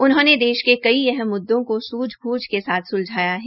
उन्होंने देश के कई अहम मुद्दों को सूझबूझ के साथ स्लझाया है